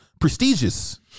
prestigious